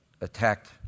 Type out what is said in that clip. attacked